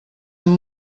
amb